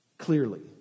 clearly